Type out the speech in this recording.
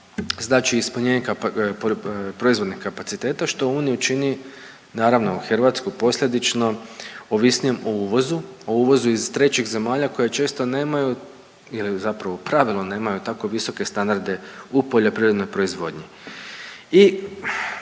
znači ispunjenje proizvodnih kapaciteta, što Uniju čini naravno i Hrvatsku posljedično ovisnijom o uvozu, o uvozu iz trećih zemalja koje često nemaju ili zapravo u pravili nemaju tako visoke standarde u poljoprivrednoj proizvodnji i